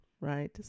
right